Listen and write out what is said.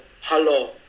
hello